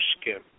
skin